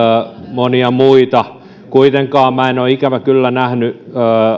monia muita mutta kuitenkaan en ole ikävä kyllä nähnyt